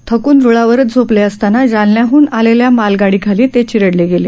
थकून रुळांवरच झोपले असताना जालन्याहून आलेल्या मालगाडीखाली ते चिरडले गेले